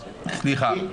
סליחה.